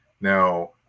Now